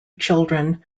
children